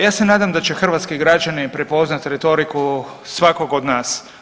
Ja se nadam da će hrvatski građani prepoznat retoriku svakog od nas.